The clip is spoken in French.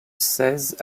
seize